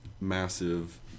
massive